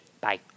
Bye